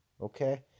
okay